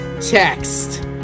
text